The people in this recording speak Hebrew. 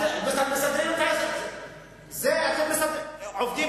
זאת עבודה